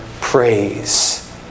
praise